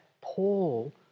Paul